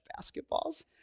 basketballs